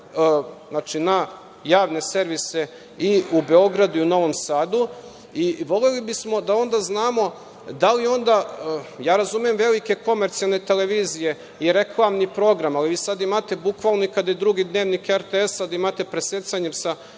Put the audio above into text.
na javne servise i u Beogradu i u Novom Sadu. Voleli bismo da onda znamo, razumem velike komercijalne televizije i reklamni program, ali vi sada imate bukvalno i kada je drugi Dnevnik RTS, da imate presecanje sa